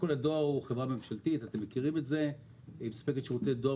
הדואר הוא חברה ממשלתית המספקת שירותי דואר